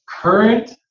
current